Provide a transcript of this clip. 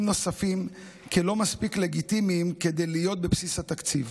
נוספים כלא מספיק לגיטימיים כדי להיות בבסיס התקציב.